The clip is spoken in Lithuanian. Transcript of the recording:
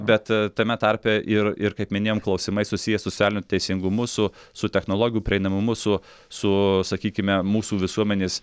bet tame tarpe ir ir kaip minėjom klausimai susiję su socialiniu teisingumu su su technologijų prieinamumu su su sakykime mūsų visuomenės